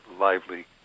lively